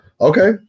Okay